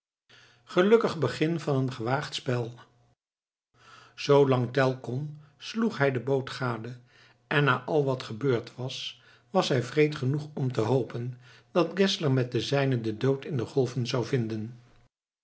gelukkig begin van een gewaagd spel zoolang tell kon sloeg hij de boot gade en na al wat gebeurd was was hij wreed genoeg om te hopen dat geszler met de zijnen den dood in de golven zou vinden